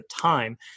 time